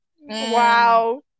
Wow